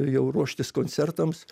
jau ruoštis koncertams